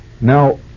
Now